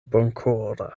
bonkora